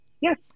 yes